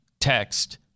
text